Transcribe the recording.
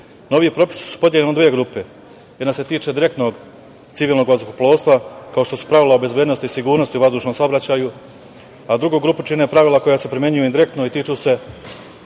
propisi su podeljeni u dve grupe. Jedna se tiče direktnog civilnog vazduhoplovstva kao što su pravila o bezbednosti i sigurnosti u vazdušnom saobraćaju, a drugu grupu čine pravila koja se primenjuju indirektno i tiču se